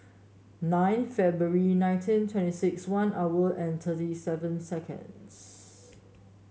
nine February nineteen twenty six one hour and thirty seven seconds